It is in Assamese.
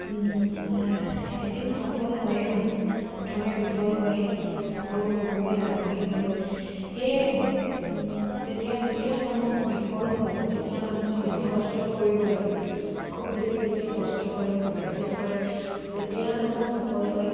এদিন সফল হয়েই মানুহ প্ৰথমে বিফল হয়েই সকলো হ'বলৈ আগ্ৰহী হয় সেয়ে তেতিয়া যেতিয়া মানুহ বিফল হয় তেতিয়া মানুহে বেছি কষ্ট কৰিব লাগে খুব বেছি যেতিয়া কষ্ট কৰে প্ৰেক্টিছ কৰে তেতিয়া মানুহ সফল হয়